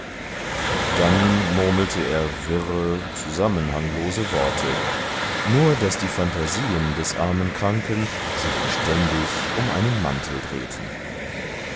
dann murmelte er wirre zusammenhanglose worte nur daß die phantasien des armen kranken sich beständig um einen mantel drehten